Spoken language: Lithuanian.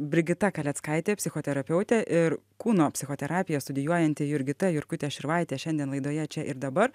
brigita kaleckaitė psichoterapeutė ir kūno psichoterapiją studijuojanti jurgita jurkutė širvaitė šiandien laidoje čia ir dabar